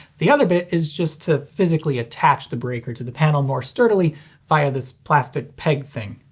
the other bit is just to physically attach the breaker to the panel more sturdily via this plastic peg thing.